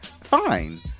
Fine